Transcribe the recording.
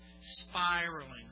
Spiraling